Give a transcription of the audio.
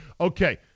Okay